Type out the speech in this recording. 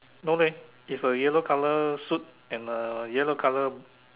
no leh is a yellow color suit and a yellow color